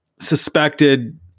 Suspected